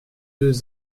deux